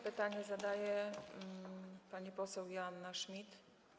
Pytanie zadaje pani poseł Joanna Schmidt.